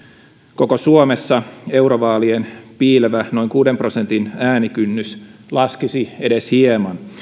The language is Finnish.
koko suomessa eurovaalien piilevä noin kuuden prosentin äänikynnys laskisi edes hieman ja